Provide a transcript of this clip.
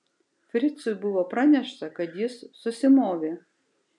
fricui buvo pranešta kad jis susimovė